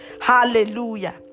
Hallelujah